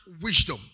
wisdom